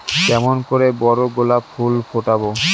কেমন করে বড় গোলাপ ফুল ফোটাব?